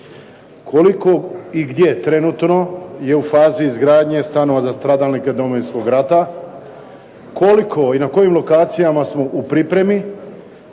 Koliko i gdje trenutno je u fazi izgradnje stanova za stradalnike Domovinskog rata, koliko i na kojim lokacijama smo u pripremi